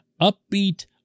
Upbeat